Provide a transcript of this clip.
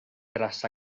tras